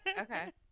okay